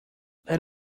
let